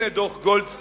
הנה דוח גולדסטון,